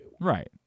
right